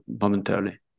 momentarily